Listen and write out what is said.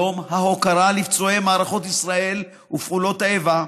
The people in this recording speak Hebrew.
יום ההוקרה לפצועי מערכות ישראל ופעולות האיבה,